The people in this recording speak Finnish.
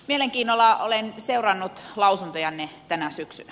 mielenkiinnolla olen seurannut lausuntojanne tänä syksynä